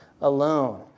alone